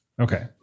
Okay